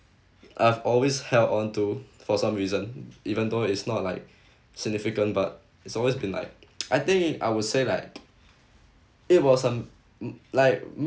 I've always held on to for some reason even though it's not like significant but it's always been like I think I would say like it was um m~ like